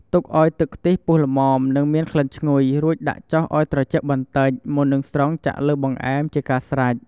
ទុកឱ្យទឹកខ្ទិះពុះល្មម និងមានក្លិនឈ្ងុយ រួចដាក់ចុះឱ្យត្រជាក់បន្តិច មុននឹងស្រង់ចាក់លើបង្អែម ជាការស្រេច។